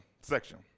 section